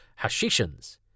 hashishans